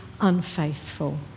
unfaithful